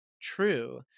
true